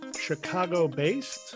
Chicago-based